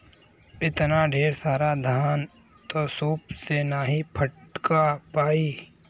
एतना ढेर सारा धान त सूप से नाहीं फटका पाई